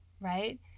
right